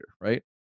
right